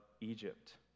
Egypt